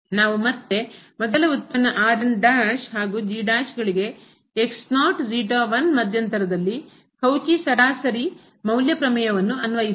ನಾವು ಮತ್ತೆ ಮೊದಲ ಉತ್ಪನ್ನ ಹಾಗೂ ಗಳಿಗೆ ಮಧ್ಯಂತರದಲ್ಲಿ ಕೌಚಿ ಸರಾಸರಿ ಮೌಲ್ಯ ಪ್ರಮೇಯವನ್ನು ಅನ್ವಯಿಸೋಣ